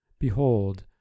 Behold